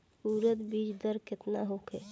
उरद बीज दर केतना होखे?